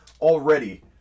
Already